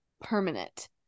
permanent